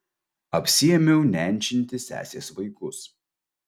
apsiėmiau nenčinti sesės vaikus